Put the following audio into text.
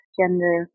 gender